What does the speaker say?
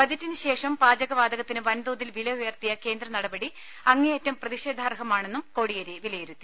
ബജറ്റിനുശേഷം പാചക വാതകത്തിന് വൻതോതിൽ വില ഉയർത്തിയ കേന്ദ്രനടപ ടി അ്ങേയറ്റം പ്രതിഷേധാർഹമാണെന്നും കോടിയേരി വിലയിരുത്തി